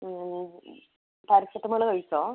paracetamol കഴിച്ചോ